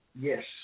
Yes